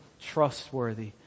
trustworthy